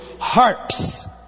harps